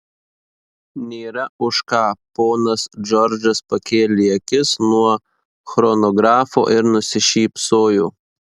nėra už ką ponas džordžas pakėlė akis nuo chronografo ir nusišypsojo